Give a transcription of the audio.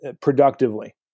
productively